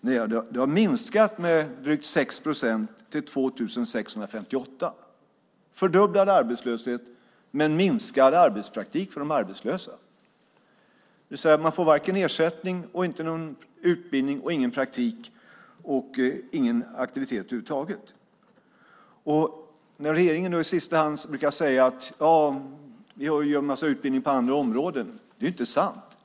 Nej, de har minskat med drygt 6 procent till 2 658. Det är fördubblad arbetslöshet men minskad arbetspraktik för de arbetslösa, det vill säga att man får varken ersättning, utbildning eller praktik, ingen aktivitet över huvud taget. Regeringen brukar säga att det anordnas en massa utbildningar på andra områden. Det är inte sant.